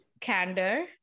candor